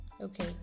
Okay